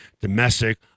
domestic